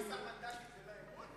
15 מנדטים זה לא אמון הציבור?